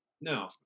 No